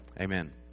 Amen